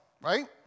right